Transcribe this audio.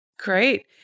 Great